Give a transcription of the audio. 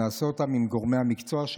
נעשה אותו עם גורמי המקצוע.